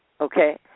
Okay